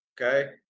Okay